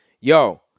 Yo